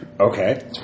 Okay